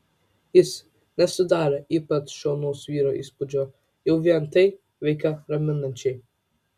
jis nesudarė ypač šaunaus vyro įspūdžio jau vien tai veikė raminančiai